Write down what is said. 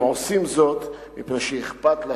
הם עושים זאת מפני שאכפת להם,